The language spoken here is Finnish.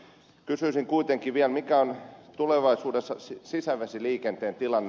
kysyisin kuitenkin vielä mikä on tulevaisuudessa sisävesiliikenteen tilanne